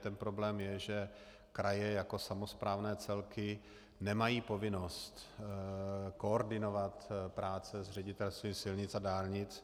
Ten problém je, že kraje jako samosprávné celky nemají povinnost koordinovat práce s Ředitelstvím silnic a dálnic.